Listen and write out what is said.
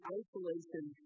isolation